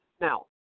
Now